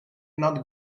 not